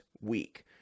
week